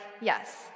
yes